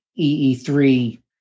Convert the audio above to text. EE3